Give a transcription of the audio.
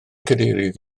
cadeirydd